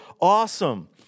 awesome